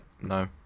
no